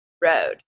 road